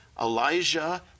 Elijah